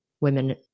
women